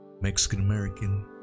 Mexican-American